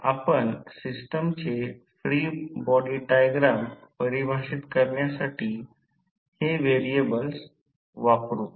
तर आपण सिस्टमचे फ्री बॉडी डायग्राम परिभाषित करण्यासाठी हे व्हेरिएबल्स वापरू